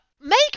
make